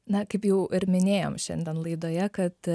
na kaip jau ir minėjom šiandien laidoje kad